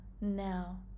now